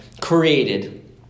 created